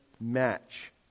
match